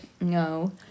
No